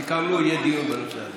סיכמנו, יהיה דיון בנושא הזה.